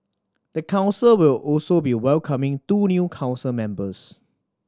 the council will also be welcoming two new council members